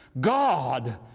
God